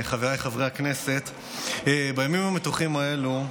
חבריי חברי הכנסת, בימים מתוחים אלו,